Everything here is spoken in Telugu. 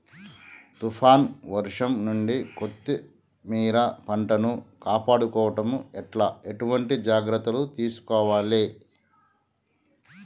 తుఫాన్ వర్షం నుండి కొత్తిమీర పంటను కాపాడుకోవడం ఎట్ల ఎటువంటి జాగ్రత్తలు తీసుకోవాలే?